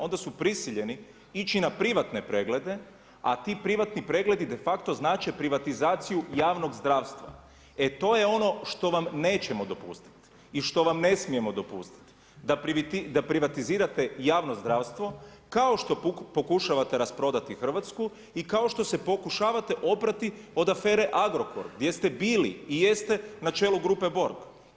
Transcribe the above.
Onda su prisiljeni ići na privatne preglede a ti privatni pregledi de facto znače privatizaciju javnog zdravstva, e to je ono što vam nećemo dopustiti i što vam ne smijemo dopustiti, da privatizirate javno zdravstvo kao što pokušavate rasprodati Hrvatsku i kao što se pokušavate oprati od afere Agrokor, gdje ste bili i jeste na čelu grupe Borg.